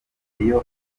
iyo